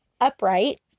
upright